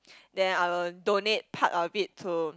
then I will donate part of it to